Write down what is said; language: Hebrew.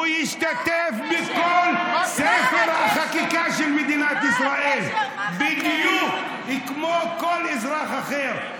הוא ישתתף בכל ספר החקיקה של מדינת ישראל בדיוק כמו כל אזרח אחר.